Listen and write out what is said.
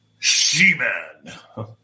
She-Man